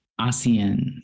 asean